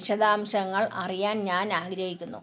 വിശദാംശങ്ങൾ അറിയാൻ ഞാൻ ആഗ്രഹിക്കുന്നു